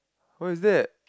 what is that